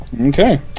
Okay